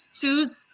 choose